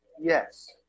Yes